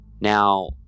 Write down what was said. now